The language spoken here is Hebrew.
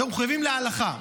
אנחנו מחויבים להלכה.